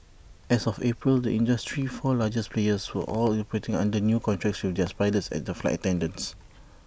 as of April the industry's four largest players were all operating under new contracts with their pilots and flight attendants